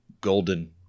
golden